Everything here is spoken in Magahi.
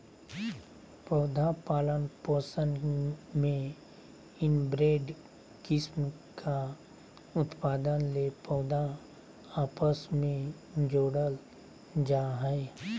पौधा पालन पोषण में इनब्रेड किस्म का उत्पादन ले पौधा आपस मे जोड़ल जा हइ